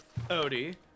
Odie